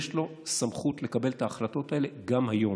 יש לו סמכות לקבל את ההחלטות האלה גם היום.